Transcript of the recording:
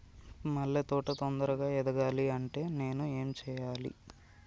మల్లె తోట తొందరగా ఎదగాలి అంటే నేను ఏం చేయాలి?